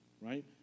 right